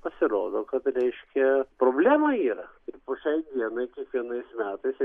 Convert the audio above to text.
pasirodo kad reiškia problema yra po šiai dienai kiekvienais metais